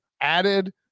added